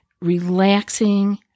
relaxing